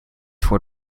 for